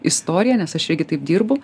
istoriją nes aš irgi taip dirbu